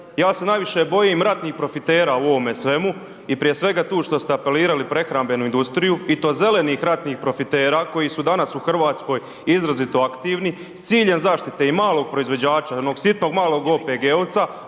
Ja se najviše bojim ratnih profitera u ovome svemu i prije svega tu što ste apelirali, prehrambenu industriju i to zelenih ratnih profitera koji su danas u Hrvatskoj izrazito aktivno s ciljem zaštite i malog proizvođača i onog malog sitnog OPG-ovca,